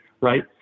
right